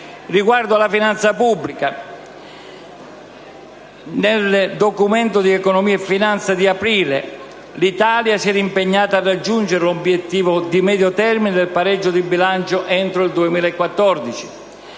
Riguardo alla finanza pubblica, nel Documento di economia e finanza di aprile l'Italia si era impegnata a raggiungere l'obiettivo di medio termine del pareggio di bilancio entro il 2014.